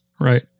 Right